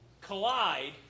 collide